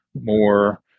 more